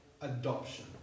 adoption